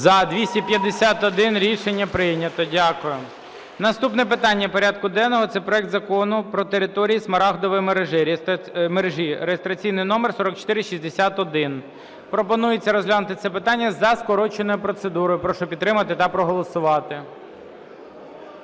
За-251 Рішення прийнято. Дякую. Наступне питання порядку денного – це проект Закону про території Смарагдової мережі (реєстраційний номер 4461). Пропонується розглянути це питання за скороченою процедурою. Прошу підтримати та проголосувати.